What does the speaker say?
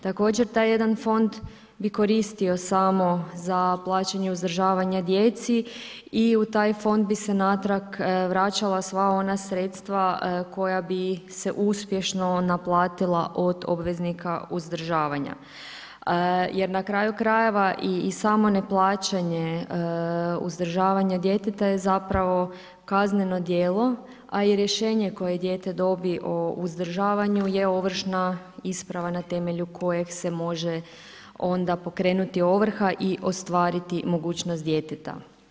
Također, taj jedan fond bi koristio samo za plaćanje uzdržavanja djeci i u taj fond bi se natrag vraćala sva ona sredstva koja bi se uspješno naplatila od obveznika uzdržavanja jer na kraju krajeva, i samo neplaćanje uzdržavanja djeteta je zapravo kazneno djelo, a i rješenje koje dijete dobije o uzdržavanju je ovršna isprava na temelju koje se može onda pokrenuti ovrha i ostvariti mogućnost djeteta.